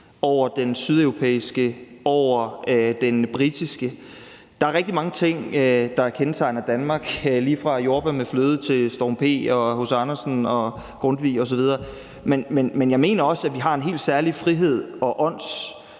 over den sydeuropæiske, over den britiske. Der er rigtig mange ting, der kendetegner Danmark, lige fra jordbær med fløde til Storm P. og H.C. Andersen og Grundtvig osv., men jeg mener også, at vi har en helt særlig frihed og åndstradition